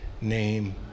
name